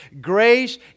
Grace